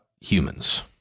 humans